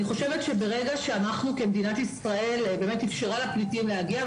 אני חושבת שברגע שאנחנו כמדינת ישראל אפשרנו לפליטים להגיע,